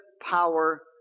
power